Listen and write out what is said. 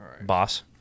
Boss